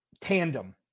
tandem